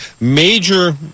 major